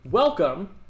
Welcome